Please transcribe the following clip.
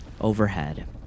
overhead